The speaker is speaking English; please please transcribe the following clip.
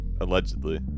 Allegedly